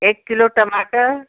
एक किलो टमाटर